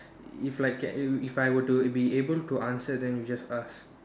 if like K if I were to be able to answer then you just ask